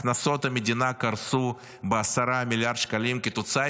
הכנסות המדינה קרסו ב-10 מיליארד שקלים כתוצאה